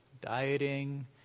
dieting